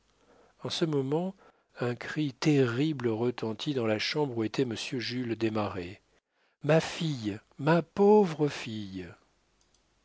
en ce moment un cri terrible retentit dans la chambre où était monsieur jules desmarets ma fille ma pauvre fille